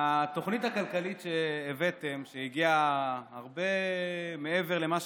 התוכנית הכלכלית שהבאתם, שהגיעה הרבה מעבר למה